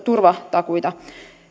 turvatakuita ja